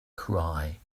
cry